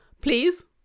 please